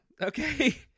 okay